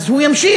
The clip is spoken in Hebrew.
אז הוא ימשיך.